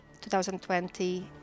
2020